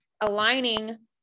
aligning